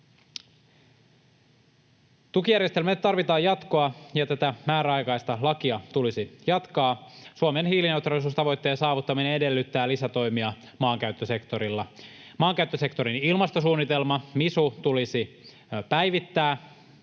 Tukijärjestelmälle tarvitaan jatkoa, ja tätä määräaikaista lakia tulisi jatkaa. Suomen hiilineutraalisuustavoitteen saavuttaminen edellyttää lisätoimia maankäyttösektorilla. Maankäyttösektorin ilmastosuunnitelma, MISU, tulisi päivittää